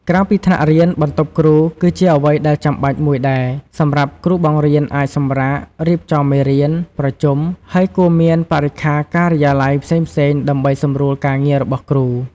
ក្រៅពីថ្នាក់រៀន បន្ទប់គ្រូ គឺជាអ្វីដែលចាំបាច់មួយដែរ សម្រាប់គ្រូបង្រៀនអាចសម្រាក រៀបចំមេរៀន ប្រជុំ ហើយគួរមានបរិក្ខារការិយាល័យផ្សេងៗដើម្បីសំរួលការងាររបស់គ្រូ។